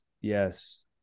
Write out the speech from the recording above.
yes